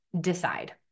decide